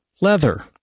leather